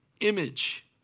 image